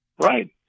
Right